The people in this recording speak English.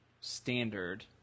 standard